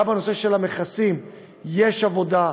גם בנושא של המכסים יש עבודה.